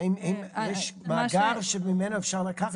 האם יש מאגר שממנו אפשר לקחת מישהו.